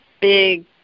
big